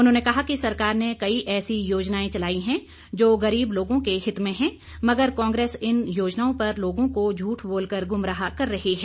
उन्होंने कहा कि सरकार ने कई ऐसे योजनाएं चलाई हैं जो गरीब लोगों के हित में है मगर कांग्रेस इन योजनाओं पर लोगों को झूठ बोलकर गुमराह कर रही है